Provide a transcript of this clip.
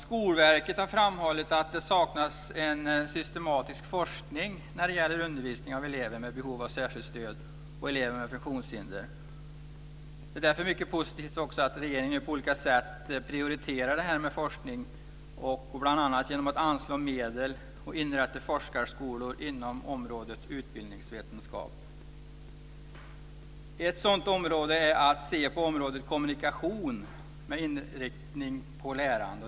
Skolverket har framhållit att det saknas en systematisk forskning när det gäller undervisning av elever med behov av särskilt stöd och elever med funktionshinder. Det är därför mycket positivt att regeringen nu på olika sätt prioriterar forskningen bl.a. genom att anslå medel och inrätta forskarskolor på området utbildningsvetenskap. Ett sådant område är kommunikation med inriktning på lärande.